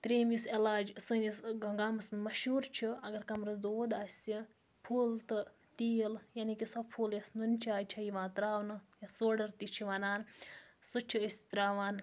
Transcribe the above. ترٛیٚیِم یُس علاج سٲنِس گامَس مَنٛز مشہوٗر چھُ اگر کَمرَس دود آسہِ پھُل تہٕ تیٖل یعنی کہِ سۄ پھُل یۄس نُنہٕ چاے چھِ یِوان ترٛاونہٕ یَتھ سوڈَر تہِ چھِ وَنان سۄ چھِ أسۍ ترٛاوان